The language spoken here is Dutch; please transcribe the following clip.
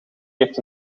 heeft